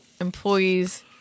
employees